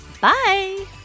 Bye